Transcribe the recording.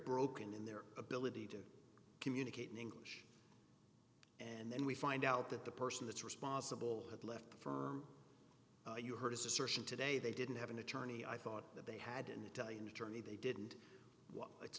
broken in their ability to communicate in english and then we find out that the person that's responsible had left the firm you heard his assertion today they didn't have an attorney i thought that they had an italian attorney they did and it's a